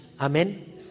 Amen